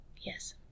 Yes